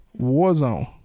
Warzone